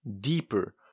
deeper